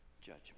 judgment